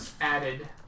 added